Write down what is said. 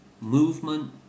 movement